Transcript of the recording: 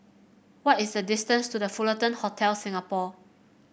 what is the distance to The Fullerton Hotel Singapore